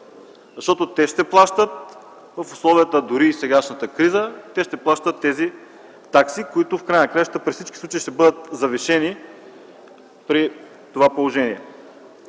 защото те ще плащат в условията дори и на сегашната криза. Те ще плащат тези такси, които в края на краищата при всички случаи ще бъдат завишени при това положение.